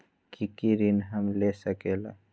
की की ऋण हम ले सकेला?